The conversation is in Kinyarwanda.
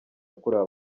yakorewe